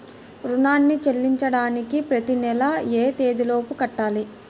రుణాన్ని చెల్లించడానికి ప్రతి నెల ఏ తేదీ లోపు కట్టాలి?